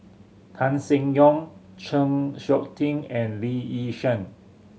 Tan Seng Yong Chng Seok Tin and Lee Yi Shyan